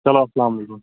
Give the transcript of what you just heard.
چلو اسلام علیکُم